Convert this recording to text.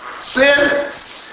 sins